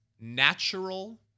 natural